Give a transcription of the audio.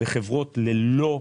בחברות ללא מוצר.